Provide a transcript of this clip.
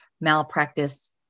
malpractice